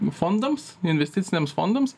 fondams investiciniams fondams